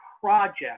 project